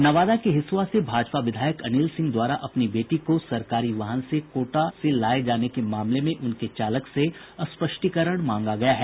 नवादा के हिसुआ से भाजपा विधायक अनिल सिंह द्वारा अपनी बेटी को सरकारी वाहन से कोटा से लाये जाने के मामले में उनके चालक से स्पष्टीकरण मांगा गया है